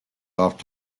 off